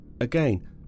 Again